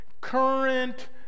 current